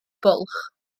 bwlch